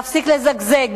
להפסיק לזגזג.